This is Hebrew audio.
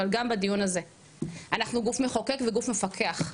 אבל גם בדיון הזה אנחנו גוף מחוקק וגוף מפקח.